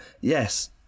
yes